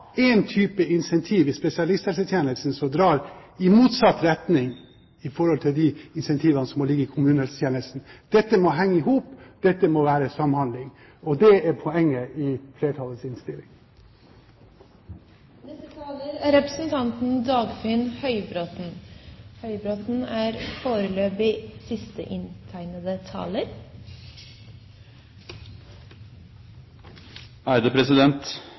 spesialisthelsetjenesten som drar i motsatt retning av incentivene som må ligge i kommunehelsetjenesten. Dette må henge i hop, dette må være samhandling. Det er poenget i flertallets innstilling. Det var representanten